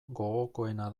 gogokoena